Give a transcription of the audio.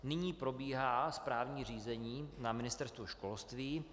Nyní probíhá správní řízení na Ministerstvu školství.